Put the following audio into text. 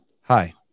hi